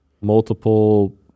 multiple